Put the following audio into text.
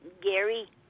Gary